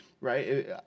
right